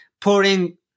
pouring